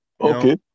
Okay